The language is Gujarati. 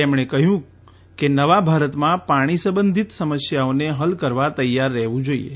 તેમણે કહ્યું કે ભારતના નવાભારતમાં પાણી સંબંધિત સમસ્યાઓને હલ કરવા તૈયાર રહેવું જોઇએ